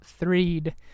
Threed